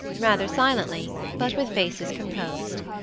rather silently, but with faces composed.